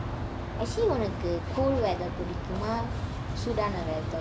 I actually உன்னக்கு:unnaku the cold weather பிடிக்குமா இல்ல சூடான:pidikuma illa sudana weather பிடிக்குமா:pidikuma